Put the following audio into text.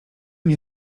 nie